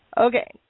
Okay